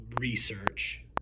research